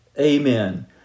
Amen